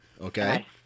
Okay